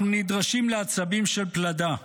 אנחנו נדרשים לעצבים של פלדה.